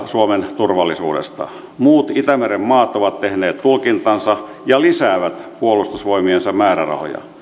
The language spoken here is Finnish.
suomen turvallisuudesta muut itämeren maat ovat tehneet tulkintansa ja lisäävät puolustusvoimiensa määrärahoja